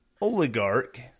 oligarch